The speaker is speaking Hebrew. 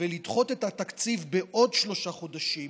ולדחות את התקציב בעוד שלושה חודשים,